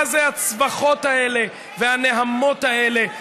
מה זה הצווחות האלה והנהמות האלה?